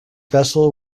vessel